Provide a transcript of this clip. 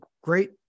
great